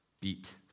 beat